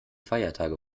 feiertage